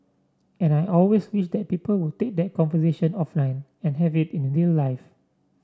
and I always wish that people would take that conversation offline and have it in real life